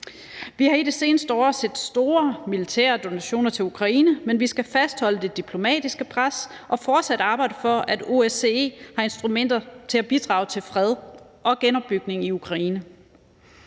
Vi har i det seneste år set store militære donationer til Ukraine, men vi skal fastholde det diplomatiske pres og fortsat arbejde for, at OSCE har instrumenter til at bidrage til fred og genopbygning i Ukraine.